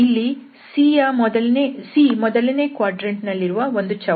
ಇಲ್ಲಿ C ಮೊದಲನೇ quadrant ನಲ್ಲಿರುವ ಒಂದು ಚೌಕ